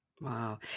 Wow